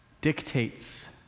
dictates